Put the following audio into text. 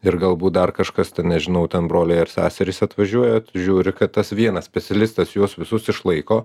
ir galbūt dar kažkas nežinau ten broliai ar seserys atvažiuoja žiūri kad tas vienas specialistas juos visus išlaiko